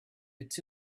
its